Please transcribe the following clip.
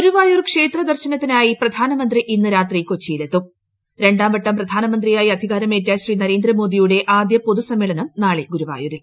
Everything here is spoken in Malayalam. ഗുരുവായൂർ ക്ഷേത്രദർശനത്തിനായി പ്രധാനമന്ത്രി ഇന്ന് രാത്രി കൊച്ചിയിലെത്തും രണ്ടാംവട്ടം പ്രധാനമന്ത്രിയായി അധികാരമേറ്റ ശ്രീ നരേന്ദ്രമോദിയുടെ ആദ്യ പൊതു സമ്മേളനം നാളെ ഗുരുവായൂരിൽ